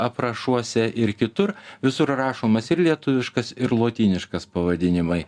aprašuose ir kitur visur rašomas ir lietuviškas ir lotyniškas pavadinimai